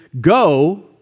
go